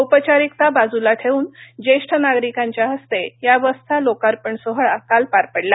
औपचारिकता बाजूला ठेवून ज्येष्ठ नागरिकांच्या हस्ते या बसचा लोकार्पण सोहळा काल पार पडला